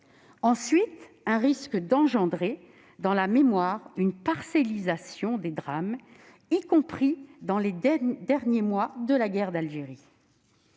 il risque d'entraîner dans la mémoire une parcellisation des drames, y compris au sujet des derniers mois de la guerre d'Algérie.